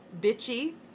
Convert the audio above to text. bitchy